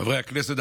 חברי הכנסת,